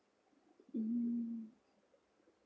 mm